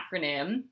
acronym